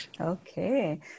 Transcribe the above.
Okay